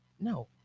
No